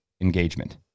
engagement